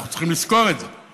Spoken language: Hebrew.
אנחנו צריכים לזכור את זה.